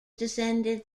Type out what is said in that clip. descended